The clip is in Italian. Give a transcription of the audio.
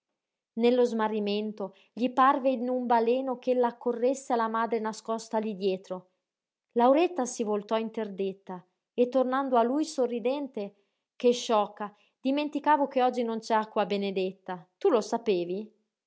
nello smarrimento gli parve in un baleno ch'ella accorresse alla madre nascosta lí dietro lauretta si voltò interdetta e tornando a lui sorridente che sciocca dimenticavo che oggi non c'è acqua benedetta tu lo sapevi